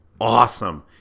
awesome